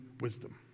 wisdom